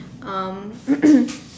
um